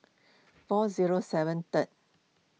four zero seven third